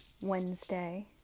Wednesday